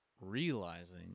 Realizing